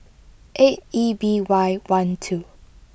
eight E B Y one two